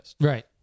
right